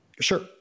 Sure